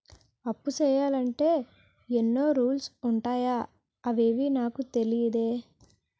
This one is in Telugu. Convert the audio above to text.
అప్పు చెయ్యాలంటే ఎన్నో రూల్స్ ఉన్నాయా అవేవీ నాకు తెలీదే